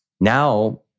now